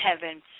heaven